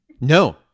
No